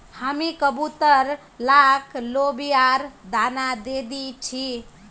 हामी कबूतर लाक लोबियार दाना दे दी छि